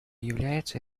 является